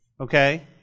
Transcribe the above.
Okay